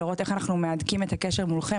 לראות איך אנחנו מהדקים את הקשר מולכם,